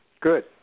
Good